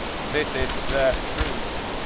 this is the truth